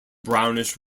brownish